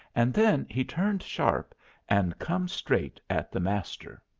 and then he turned sharp and comes straight at the master.